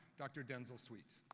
dr. denzil suite.